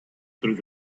through